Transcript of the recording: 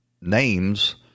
names